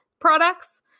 products